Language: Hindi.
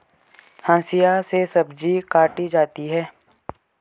हंसिआ से सब्जी काटी जाती है